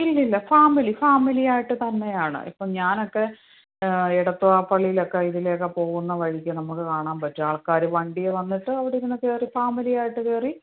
ഇല്ലില്ല ഫാമിലി ഫാമിലിയായിട്ട് തന്നെയാണ് ഇപ്പം ഞാനൊക്കെ എടത്ത്വ പള്ളിയിലൊക്കെ ഇതിലെയൊക്കെ പോകുന്നത് വഴിക്ക് നമുക്ക് കാണാൻ പറ്റും ആൾക്കാർ വണ്ടിയിൽ വന്നിട്ട് അവടിങ്ങനെ കയറി ഫാമിലിയായിട്ട് കയറി